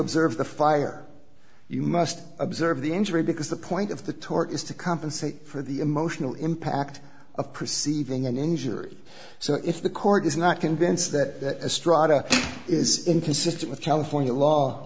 observe the fire you must observe the injury because the point of the tort is to compensate for the emotional impact of perceiving an injury so if the court is not convinced that a strada is inconsistent with california law